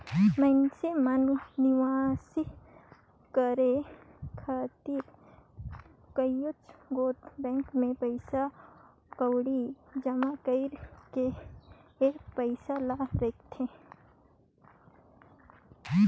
मइनसे मन निवेस करे खातिर कइयो गोट बेंक में पइसा कउड़ी जमा कइर के पइसा ल राखथें